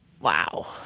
Wow